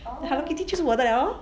the Hello Kitty 就是我的 liao lor